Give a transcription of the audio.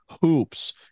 hoops